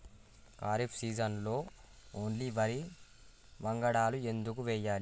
ఖరీఫ్ సీజన్లో ఓన్లీ వరి వంగడాలు ఎందుకు వేయాలి?